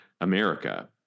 America